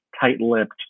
tight-lipped